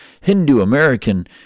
Hindu-American